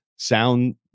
Sound